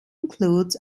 includes